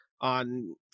on